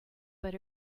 but